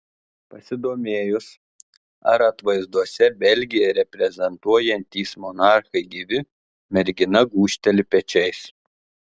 pasidomėjus ar atvaizduose belgiją reprezentuojantys monarchai gyvi mergina gūžteli pečiais